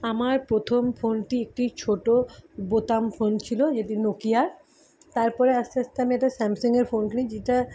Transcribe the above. আমার প্রথম ফোনটি একটি ছোটো বোতাম ফোন ছিলো যেটি নোকিয়ার তারপরে আস্তে আস্তে আমি একটা স্যামসং এর ফোন কিনি যেটা